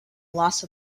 loss